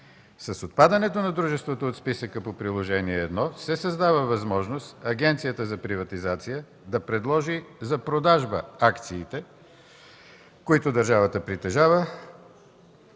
С отпадането на дружеството от списъка по Приложение № 1 се създава възможност Агенцията за приватизация да предложи за продажба акциите, които държавата притежава,